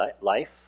life